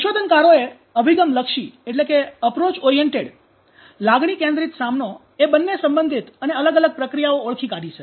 સંશોધનકારોએ અભિગમલક્ષી લાગણી કેન્દ્રિત સામનો એ બંને સંબંધિત અને અલગ અલગ પ્રક્રિયાઓ ઓળખી કાઢી છે